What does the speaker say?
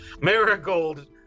Marigold